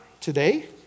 today